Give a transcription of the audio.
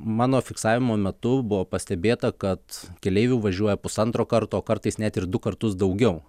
mano fiksavimo metu buvo pastebėta kad keleivių važiuoja pusantro karto kartais net ir du kartus daugiau